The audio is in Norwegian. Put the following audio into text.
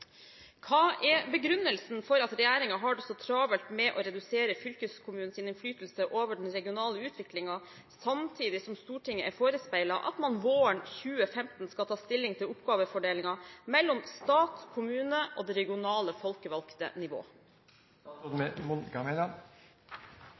Hva er begrunnelsen for at regjeringen har det så travelt med å redusere fylkeskommunens innflytelse over den regionale utviklingen, samtidig som Stortinget er forespeilet at man våren 2015 skal ta stilling til oppgavefordelingen mellom stat, kommune og det regionale folkevalgte